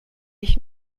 ich